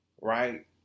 right